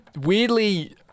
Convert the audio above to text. Weirdly